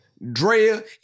Drea